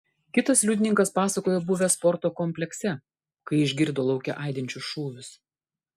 kitas liudininkas pasakojo buvęs sporto komplekse kai išgirdo lauke aidinčius šūvius